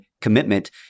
commitment